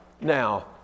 Now